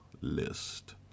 list